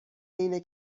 اینه